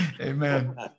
Amen